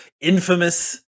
infamous